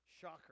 shocker